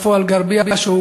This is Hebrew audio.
עפו אגבאריה,